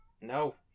No